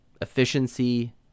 efficiency